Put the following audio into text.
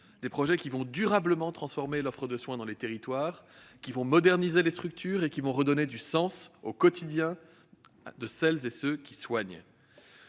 envergure, qui vont durablement transformer l'offre de soins dans les territoires, permettre de moderniser les structures et redonner du sens au quotidien de celles et ceux qui soignent.